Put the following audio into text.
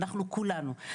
אנחנו כולנו.